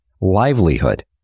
livelihood